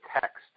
text